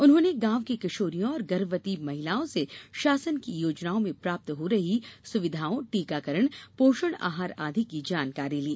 उन्होंने गांव की किशोरियों और गर्भवती महिलाओं से शासन की योजनाओं में प्राप्त हो रही सुविधाओं टीकाकरण पोषण आहार आदि की जानकारी ली